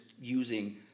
using